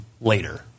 later